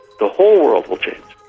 the whole world will change.